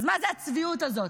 אז מה זו הצביעות הזאת?